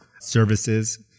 services